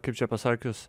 kaip čia pasakius